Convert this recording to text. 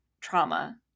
trauma